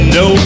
no